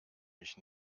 mich